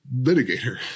litigator